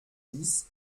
dix